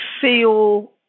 feel